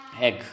egg